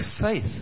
faith